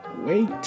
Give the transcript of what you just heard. Wait